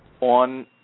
on